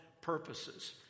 purposes